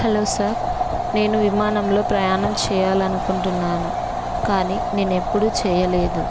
hello sir నేను విమానంలో ప్రయాణం చేయాలని అనుకుంటున్నాను కానీ నేనెప్పుడూ చేయలేదు